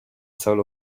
soul